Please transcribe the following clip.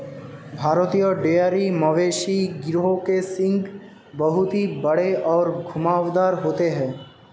भारतीय डेयरी मवेशी गिरोह के सींग बहुत ही बड़े और घुमावदार होते हैं